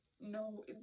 No